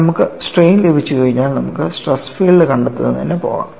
നമുക്ക് സ്ട്രെയിൻ ലഭിച്ചുകഴിഞ്ഞാൽ നമുക്ക് സ്ട്രെസ് ഫീൽഡ് കണ്ടെത്തുന്നതിന് പോകാം